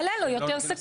אתה לא תפסיד מזה.